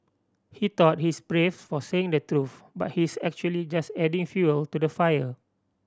he thought he's brave for saying the truth but he's actually just adding fuel to the fire